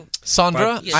Sandra